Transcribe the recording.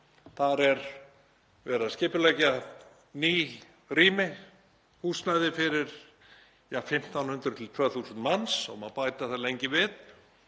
Þar er verið að skipuleggja ný rými, húsnæði fyrir 1.500–2.000 manns og má bæta þar lengi við